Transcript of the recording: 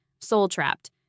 soul-trapped